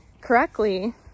correctly